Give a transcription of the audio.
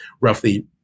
roughly